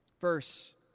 verse